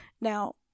Now